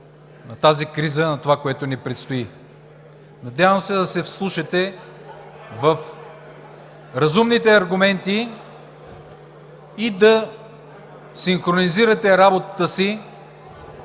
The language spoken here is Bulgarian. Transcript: на тази криза и на това, което ни предстои. Надявам се да се вслушате в разумните аргументи, да синхронизирате работата си